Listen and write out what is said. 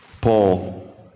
Paul